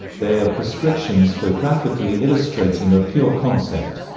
they are prescriptions for graphically illustrating a pure concept.